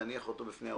תניח אותו בפני האוצר.